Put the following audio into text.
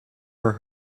for